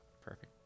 Perfect